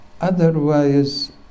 Otherwise